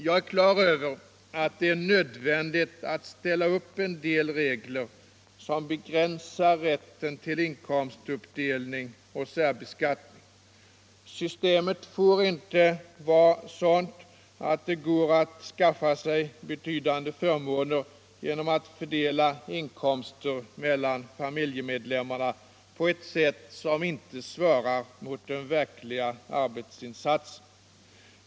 Jag är klar över att det är nödvändigt att ställa upp en del regler som begränsar rätten till inkomstuppdelning och särbeskattning. Systemet får inte vara sådant att det går att skaffa sig betydande förmåner genom att fördela inkomster mellan familjemedlemmarna på ett sätt som inte svarar mot den verkliga arbetsinsatsen.